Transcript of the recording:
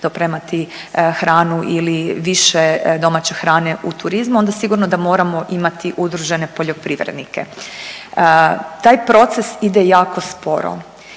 dopremati hranu ili više domaće hrane u turizmu, onda sigurno da moramo imati udružene poljoprivrednike. Taj proces ide jako sporo